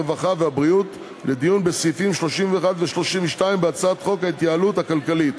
הרווחה והבריאות לדיון בסעיפים 31 ו-32 בהצעת חוק ההתייעלות הכלכלית